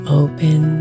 open